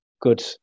good